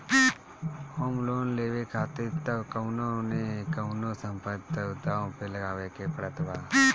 home loan लेवे खातिर तअ कवनो न कवनो संपत्ति तअ दाव पे लगावे के पड़त बा